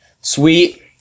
sweet